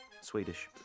Swedish